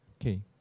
Okay